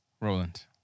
Roland